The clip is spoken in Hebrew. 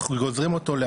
לוקחים את המדבקה,